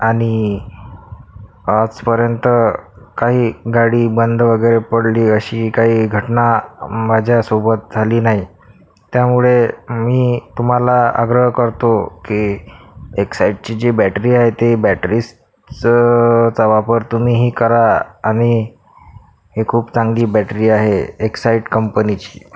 आणि आजपर्यंत काही गाडी बंद वगैरे पडली अशी काही घटना माझ्यासोबत झाली नाही त्यामुळे मी तुम्हाला आग्रह करतो की एक्साईटची जी बॅटरी आहे ती बॅटरी स च वापर तुम्हीही करा आणि ही खूप चांगली बॅटरी आहे एक्साईट कंपनीची